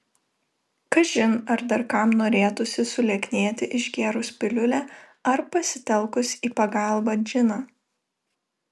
kažin ar dar kam norėtųsi sulieknėti išgėrus piliulę ar pasitelkus į pagalbą džiną